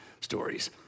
stories